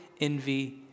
envy